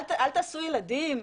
אל תעשו ילדים?